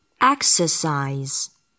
Exercise